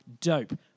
Dope